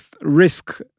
risk